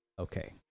Okay